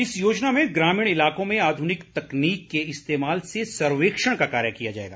इस योजना में ग्रामीण इलाकों में आध्निक तकनीक के इस्तेमाल से सर्वेक्षण का कार्य किया जाएगा